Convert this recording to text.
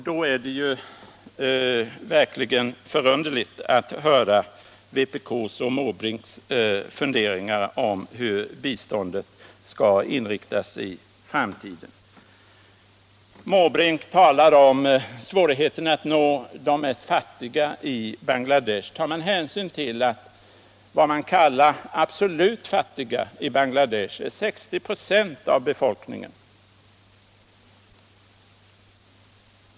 Då är det verkligen förunderligt att höra vpk:s och herr Måbrinks funderingar om hur biståndet i framtiden skall inriktas. Herr Måbrink talar om svårigheterna att nå de fattigaste i Bangladesh. I Bangladesh är 60 96 av befolkningen vad man kallar absolut fattiga.